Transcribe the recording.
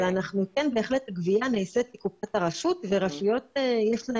אבל כן בהחלט הגבייה נעשית לקופת הרשות ולרשויות יש,